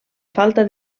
falta